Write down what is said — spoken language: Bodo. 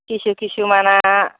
खिसु खिसु माना